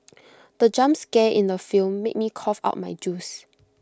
the jump scare in the film made me cough out my juice